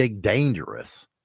dangerous